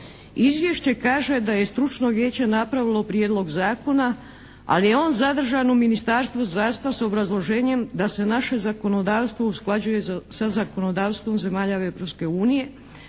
Izvješće kaže da je stručno vijeće napravilo prijedlog zakona ali je on zadržan u Ministarstvu zdravstva s obrazloženjem da se naše zakonodavstvo usklađuje sa zakonodavstvom zemalja Europske unije,